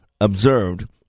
observed